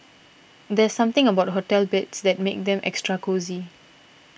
there's something about hotel beds that makes them extra cosy